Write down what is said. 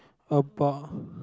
about